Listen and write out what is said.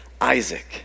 Isaac